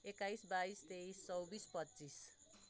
एक्काइस बाइस तेइस चौबिस पच्चिस